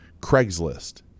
Craigslist